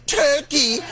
turkey